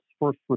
first